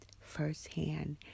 firsthand